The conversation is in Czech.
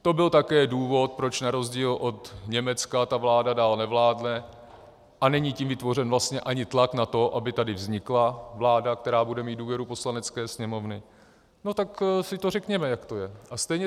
To byl také důvod, proč na rozdíl od Německa ta vláda dál nevládne a není tím vytvořen vlastně ani tlak na to, aby tady vznikla vláda, která bude mít důvěru Poslanecké sněmovny, no tak si to řekněme, jak to je.